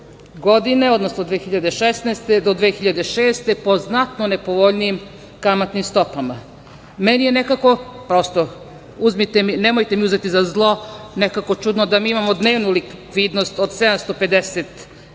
godine, odnosno 2016. do 2006. godine po znatno nepovoljnijim kamatnim stopama. Meni je nekako prosto, nemojte mi uzeti za zlo nekako čudno da mi imamo dnevnu likvidnost od 750